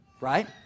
right